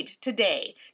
today